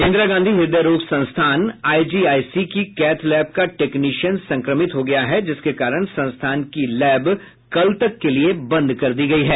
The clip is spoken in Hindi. इंदिरा गांधी हृदय रोग संस्थान आईजीआईसी की कैथ लैब का टेक्निशियन संक्रमित हो गया है जिसके कारण संस्थान की लैब कल तक के लिये बंद कर दी गयी है